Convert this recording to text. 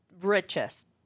richest